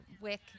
Wick